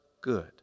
good